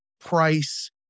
price